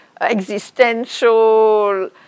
existential